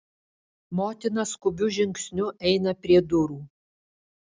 motina skubiu žingsniu eina prie durų